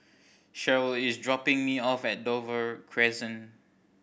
Sheryl is dropping me off at Dover Crescent